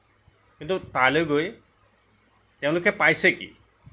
কিন্তু তালৈ গৈ তেওঁলোকে পাইছে কি